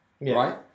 right